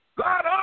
God